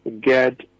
get